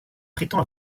prétend